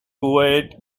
kuwait